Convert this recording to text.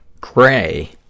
Gray